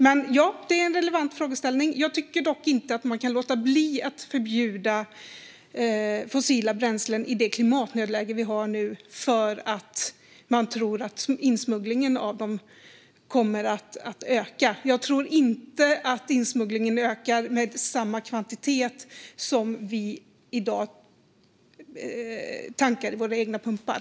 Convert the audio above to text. Det här är en relevant frågeställning. Jag tycker dock inte att man kan låta bli att förbjuda fossila bränslen i det klimatnödläge som vi har nu för att man tror att insmugglingen av dem kommer att öka. Jag tror inte att insmugglingen av bränsle ökar med samma kvantitet som det vi tankar i våra egna pumpar.